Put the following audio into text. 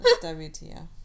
wtf